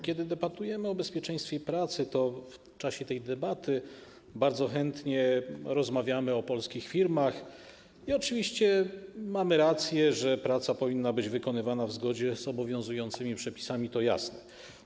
Kiedy debatujemy o bezpieczeństwie pracy, to w czasie tej debaty bardzo chętnie rozmawiamy o polskich firmach i oczywiście mamy rację, że praca powinna być wykonywana w zgodzie z obowiązującymi przepisami, to jest jasne.